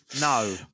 No